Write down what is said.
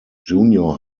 junior